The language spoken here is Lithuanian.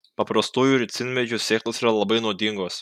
paprastųjų ricinmedžių sėklos yra labai nuodingos